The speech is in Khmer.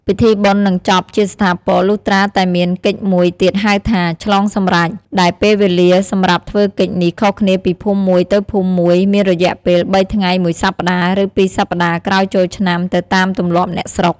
ពិធីបុណ្យនឹងចប់ជាស្ថាពរ លុះត្រាតែមានកិច្ចមួយទៀតហៅថា ឆ្លងសម្រេច ដែលពេលវេលាសម្រាប់ធ្វើកិច្ចនេះខុសគ្នាពីភូមិមួយទៅភូមិមួយមានរយៈពេល ៣ ថ្ងៃ ១ សប្តាហ៍ ឬ ២ សប្តាហ៍ក្រោយចូលឆ្នាំ ទៅតាមទម្លាប់អ្នកស្រុក។